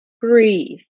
breathe